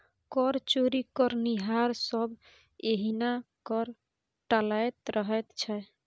कर चोरी करनिहार सभ एहिना कर टालैत रहैत छै